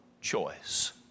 choice